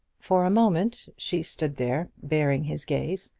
for a moment she stood there, bearing his gaze,